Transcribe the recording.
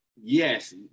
yes